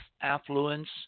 affluence